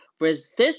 Resist